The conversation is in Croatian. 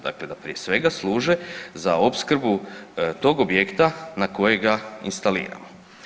Dakle da prije svega služe za opskrbu tog objekta na kojega instaliramo.